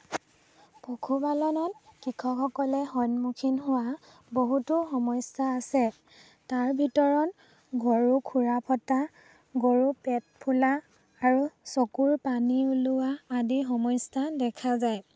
পশুপালনত কৃষকসকলে সন্মুখীন হোৱা বহুতো সমস্যা আছে তাৰ ভিতৰত গৰুৰ খোৰা ফটা গৰুৰ পেট ফুলা আৰু চকুৰ পানী ওলোৱা আদি সমস্যা দেখা যায় ছাগলী